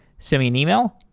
send me an email.